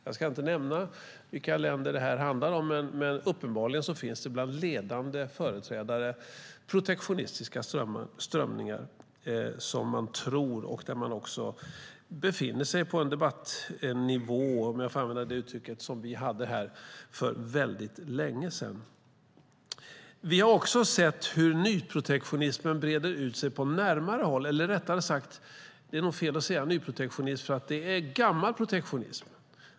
Jag ska inte nämna vilka länder det handlar om, men uppenbarligen finns bland ledande företrädare protektionistiska strömningar och debattnivån befinner sig där på den nivå vi hade för länge sedan. Vi har också sett hur nyprotektionismen breder ut sig på närmare håll. Rättare sagt är det nog fel att säga nyprotektionism. Det är gammal protektionism.